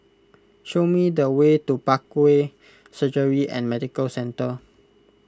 show me the way to Parkway Surgery and Medical Centre